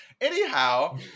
Anyhow